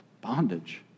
bondage